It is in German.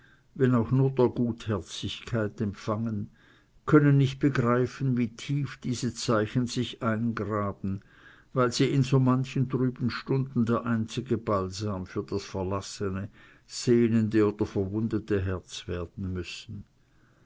wenn auch nur der gutherzigkeit empfangen können nicht begreifen wie tief diese zeichen sich eingraben weil sie in so manchen trüben stunden der einzige balsam für das verlassene sehnende oder verwundete herz werden müssen